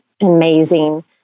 amazing